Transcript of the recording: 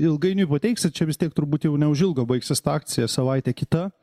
ilgainiui pateiksit čia vis tiek turbūt jau neužilgo baigsis ta akcija savaitė kita